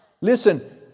Listen